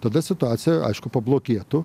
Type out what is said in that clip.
tada situacija aišku pablogėtų